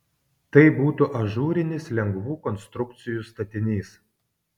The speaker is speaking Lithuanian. tai būtų ažūrinis lengvų konstrukcijų statinys